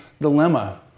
dilemma